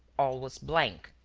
all was blank.